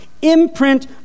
imprint